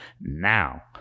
now